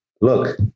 Look